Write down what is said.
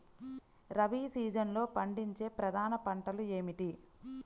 రబీ సీజన్లో పండించే ప్రధాన పంటలు ఏమిటీ?